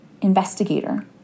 investigator